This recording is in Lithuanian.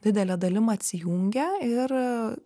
didele dalim atsijungia ir